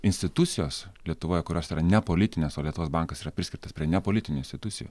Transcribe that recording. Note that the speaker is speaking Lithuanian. institucijos lietuvoje kurios yra nepolitinės o lietuvos bankas yra priskirtas prie nepolitinių institucijų